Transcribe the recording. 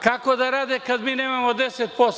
Kako da rade kad mi nemamo 10%